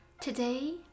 Today